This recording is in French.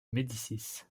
médicis